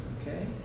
Okay